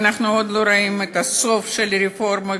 ואנחנו עוד לא רואים את הסוף של הרפורמה,